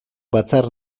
batzar